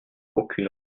aucune